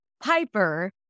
Piper